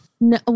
No